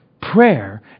Prayer